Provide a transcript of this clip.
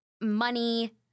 money